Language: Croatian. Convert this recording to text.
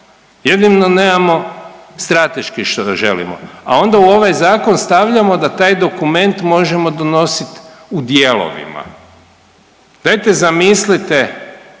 Jedino nemamo strateški što želimo, a onda u ovaj zakon stavljamo da taj dokument možemo donositi u dijelovima. Dajte zamislite